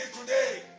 today